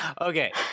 Okay